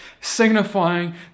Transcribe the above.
Signifying